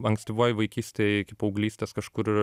ankstyvoj vaikystėj iki paauglystės kažkur